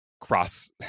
cross